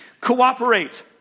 cooperate